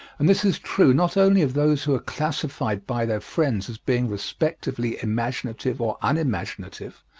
and this is true not only of those who are classified by their friends as being respectively imaginative or unimaginative,